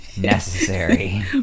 necessary